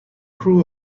crew